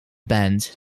band